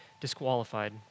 disqualified